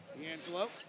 D'Angelo